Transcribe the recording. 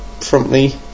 promptly